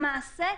למעשה,